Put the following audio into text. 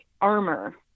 armor